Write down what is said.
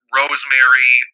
rosemary